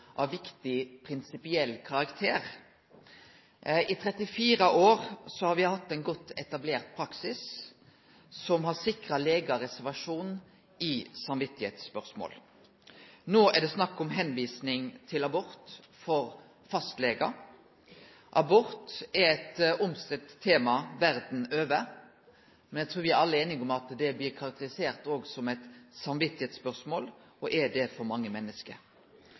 av viktig prinsipiell karakter. I 34 år har me hatt ein godt etablert praksis som har sikra legar reservasjonsrett i samvitsspørsmål. No er det snakk om tilvising til abort for fastlegar. Abort er eit omstridt tema verda over, men eg trur me alle er einige om at det blir karakterisert òg som eit samvitsspørsmål, og er det for mange menneske.